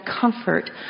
comfort